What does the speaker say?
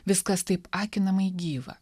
viskas taip akinamai gyva